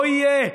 לא יהיה.